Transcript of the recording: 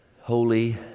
Holy